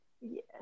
Yes